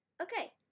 Okay